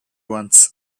ones